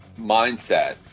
mindset